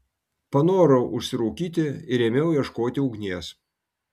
panorau užsirūkyti ir ėmiau ieškoti ugnies